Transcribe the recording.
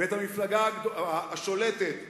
ואת המפלגה השולטת בקואליציה.